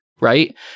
right